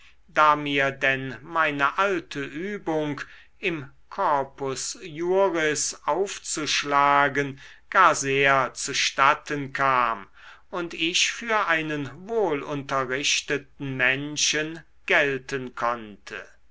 da mir denn meine alte übung im corpus juris aufzuschlagen gar sehr zustatten kam und ich für einen wohlunterrichteten menschen gelten konnte